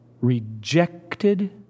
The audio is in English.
rejected